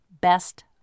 Best